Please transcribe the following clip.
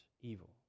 evil